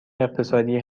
اقتصادی